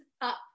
up